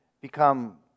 become